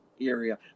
area